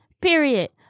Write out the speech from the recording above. Period